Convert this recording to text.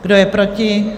Kdo je proti?